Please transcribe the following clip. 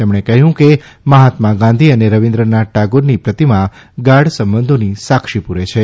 તેમણે કહ્યું કે મહાત્મા ગાંધી અને રવીન્દ્રનાથ ટાગોરની પ્રતિમા ગાઢ સંબંધોની સાક્ષી પૂરે છે